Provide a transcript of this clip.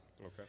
okay